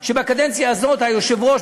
ובקדנציה הזאת היושב-ראש,